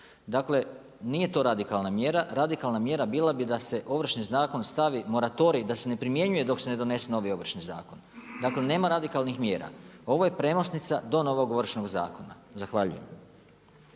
Dakle, nije to radikalna mjera. Radikalna mjera bila bi da se Ovršni zakon stavi moratorij, da se ne primjenjuje dok se ne donese novi Ovršni zakon. Dakle, nema radikalnih mjera. Ovo je premosnica do novog Ovršnog zakona. Zahvaljujem.